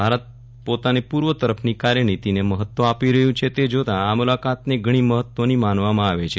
ભારત પોતાની પૂર્વ તરફની કાર્ય નિતીને મહત્વ આપી રહ્યું છે તે જોતા આ મુલાકાતને ઘણી મહત્વની માનવામાં આવે છે